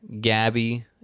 gabby